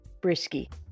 Brisky